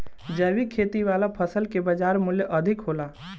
जैविक खेती वाला फसल के बाजार मूल्य अधिक होला